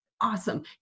awesome